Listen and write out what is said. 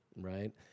right